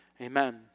amen